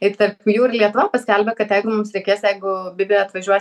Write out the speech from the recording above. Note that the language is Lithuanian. ir tarp jų ir lietuva paskelbė kad jeigu mums reikės jeigu bibi atvažiuos